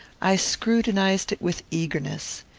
i scrutinized it with eagerness.